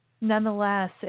Nonetheless